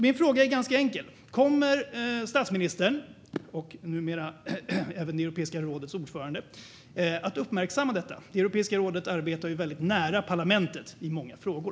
Min fråga är ganska enkel: Kommer statsministern, nu när Sverige är ordförandeland i EU, att uppmärksamma detta? Europeiska rådet arbetar ju väldigt nära parlamentet i många frågor.